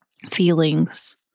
feelings